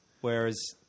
whereas